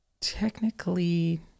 technically